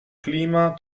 clima